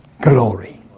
glory